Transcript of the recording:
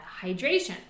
hydration